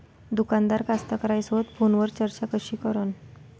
दुकानदार कास्तकाराइसोबत फोनवर चर्चा कशी करन?